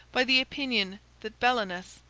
by the opinion that belenus,